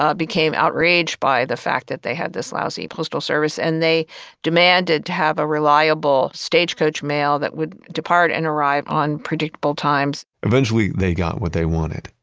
ah became outraged by the fact that they had this lousy postal service and they demanded to have a reliable stagecoach mail that would depart and arrive on predictable times eventually, they got what they wanted.